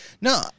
No